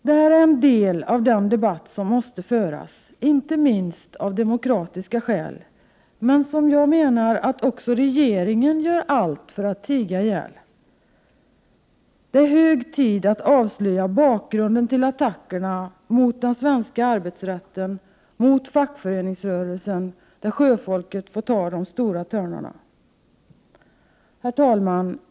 Det här är en del av den debatt som måste föras, inte minst av demokratiska skäl, men som enligt min mening också regeringen gör allt för att tiga ihjäl. Det är hög tid att avslöja bakgrunden till attackerna mot den svenska arbetsrätten och mot fackföreningsrörelsen, där sjöfolket får ta de värsta törnarna. Herr talman!